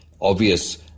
obvious